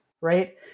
right